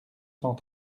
cent